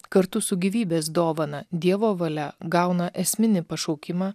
kartu su gyvybės dovana dievo valia gauna esminį pašaukimą